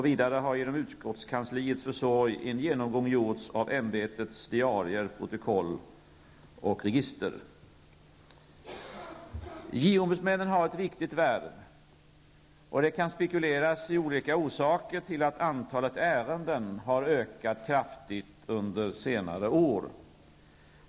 Vidare har genom utskottskansliets försorg en genomgång gjorts av ämbetets diarier, protokoll och register. JO-ombudsmännen har ett viktigt värde. Det kan spekuleras i olika orsaker till att antalet ärenden har ökat kraftigt under senare år.